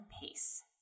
pace